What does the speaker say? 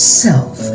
self